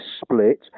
split